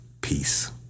Peace